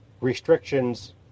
restrictions